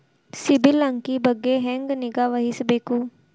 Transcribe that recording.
ಸಿಬಿಲ್ ಅಂಕಿ ಬಗ್ಗೆ ಹೆಂಗ್ ನಿಗಾವಹಿಸಬೇಕು?